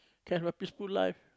can have a peaceful life